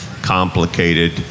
complicated